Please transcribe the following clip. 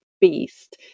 beast